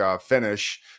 finish